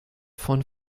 von